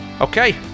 Okay